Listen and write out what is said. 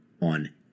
on